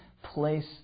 Place